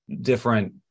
different